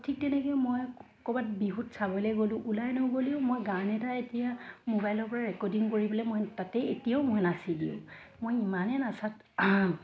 ঠিক তেনেকৈ মই ক'ৰবাত বিহুত চাবলৈ গ'লোঁ ওলাই নগ'লেও মই গান এটা এতিয়া মোবাইলৰ পৰা ৰেকৰ্ডিং কৰিবলৈ মই তাতে এতিয়াও মই নাচি দিওঁ মই ইমানেই নচাত